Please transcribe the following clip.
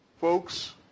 Folks